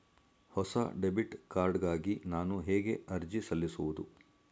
ಹೊಸ debit card ಗಾಗಿ ನಾನು ಹೇಗೆ ಅರ್ಜಿ ಸಲ್ಲಿಸುವುದು?